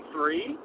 three